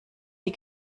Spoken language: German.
die